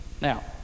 Now